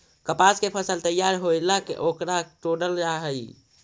कपास के फसल तैयार होएला ओकरा तोडल जा हई